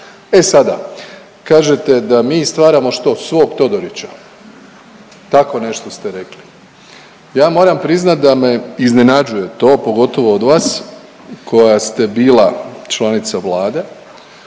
E sada, kažete da mi stvaramo što, svog Todorića, tako nešto ste rekli. Ja moram priznat da me iznenađuje to, pogotovo od vas koja ste bila članica vlade,